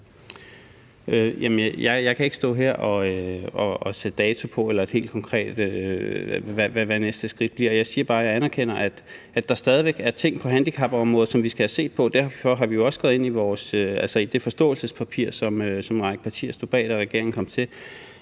Jeg kan ikke stå her og sætte dato på eller helt konkret sige, hvad næste skridt bliver. Jeg siger bare, at jeg anerkender, at der stadig væk er ting på handicapområdet, som vi skal have set på. Derfor har vi også skrevet ind i det forståelsespapir, som en række partier stod bag, da regeringen kom til,